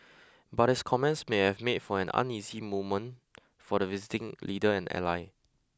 but his comments may have made for an uneasy moment for the visiting leader and ally